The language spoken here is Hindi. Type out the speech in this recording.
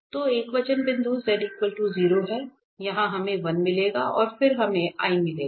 तो एकवचन बिंदु z 0 हैं यहां हमें 1 मिलेगा और फिर हमें i मिलेगा